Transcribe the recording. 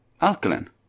alkaline